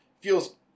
feels